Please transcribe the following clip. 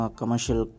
commercial